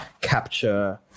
capture